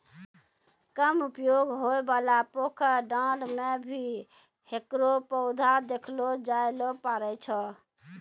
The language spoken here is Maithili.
कम उपयोग होयवाला पोखर, डांड़ में भी हेकरो पौधा देखलो जाय ल पारै छो